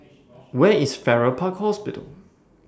Where IS Farrer Park Hospital